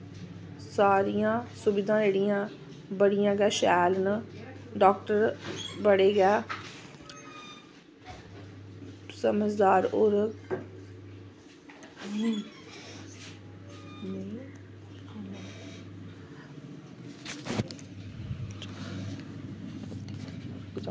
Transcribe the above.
सारियां सुविधां जेह्ड़ियां बड़ियां गै शैल न डाक्टर बड़े गै समझदार और